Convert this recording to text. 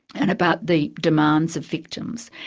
and about the demands of victims.